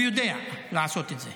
הוא יודע לעשות את זה.